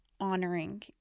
honoring